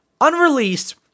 Unreleased